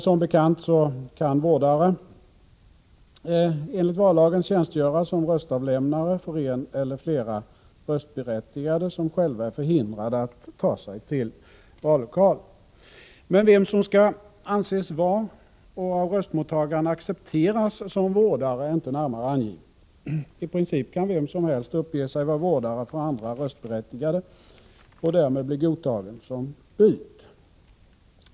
Som bekant kan vårdare enligt vallagen tjänstgöra som röstavlämnare för en eller flera röstberättigade som själva är förhindrade att ta sig till vallokal. Men vem som skall anses vara och av röstmottagaren accepteras som vårdare är inte närmare angivet. I princip kan vem som helst uppge sig vara vårdare för andra röstberättigade och därmed bli godtagen som bud.